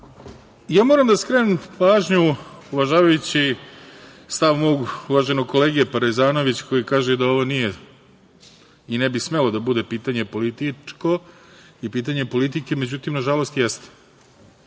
imamo. Moram da skrenem pažnju uvažavajući, stav mog uvaženog kolege Parezanovića, koji kaže da ovo nije i ne bi smelo da bude pitanje političko i pitanje politike, međutim, nažalost jeste. Ja